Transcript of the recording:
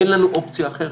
אין לנו אופציה אחרת,